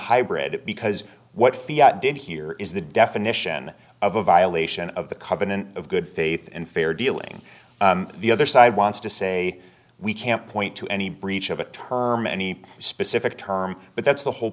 hybrid because what did here is the definition of a violation of the covenant of good faith and fair dealing the other side wants to say we can't point to any breach of a term any specific term but that's the whole